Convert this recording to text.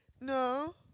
No